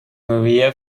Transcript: maria